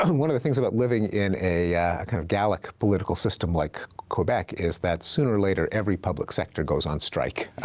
one of the things about living in a kind of gallic political system like quebec is that sooner or later, every public sector goes on strike.